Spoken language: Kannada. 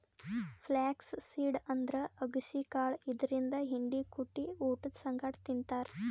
ಫ್ಲ್ಯಾಕ್ಸ್ ಸೀಡ್ ಅಂದ್ರ ಅಗಸಿ ಕಾಳ್ ಇದರಿಂದ್ ಹಿಂಡಿ ಕುಟ್ಟಿ ಊಟದ್ ಸಂಗಟ್ ತಿಂತಾರ್